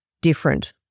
different